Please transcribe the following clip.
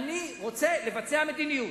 אני רוצה לבצע מדיניות.